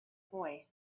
boy